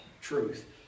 truth